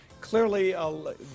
clearly